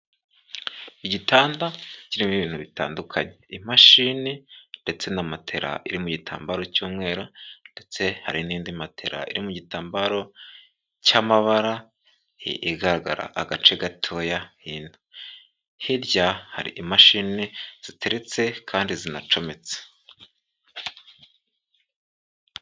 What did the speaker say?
Igitanda kirimo ibintu bitandukanye, imashini ndetse na matera iri mu gitambaro cy'umweru ndetse hari n'indi matela iri mu gitambaro cy'amabara, igaragara agace gatoya hino. Hirya hari imashini ziteretse kandi zinacometse.